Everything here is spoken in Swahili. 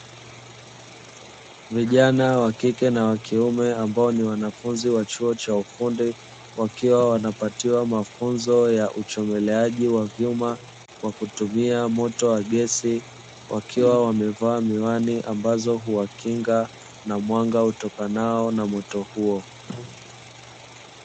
Wanafunzi vijana wa kike na wa kiume ambao ni wanafunzi wa chuo cha ufundi, wakiwa wanapatiwa mafunzo ya uchomoleaji wa vyuma kwa kutumia moto wa gesi, wakiwa wamevaa miwani ambazo zinawakinga na mwanga utokanao na moto huo.